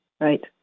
Right